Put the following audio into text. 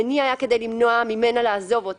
המניע היה כדי למנוע ממנה לעוזבו,